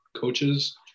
coaches